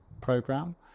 program